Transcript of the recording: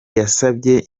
yasabye